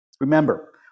Remember